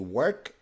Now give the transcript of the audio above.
work